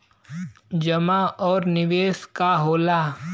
जमा और निवेश का होला?